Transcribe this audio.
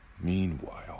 Meanwhile